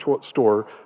store